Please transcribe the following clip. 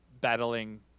battling